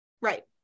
right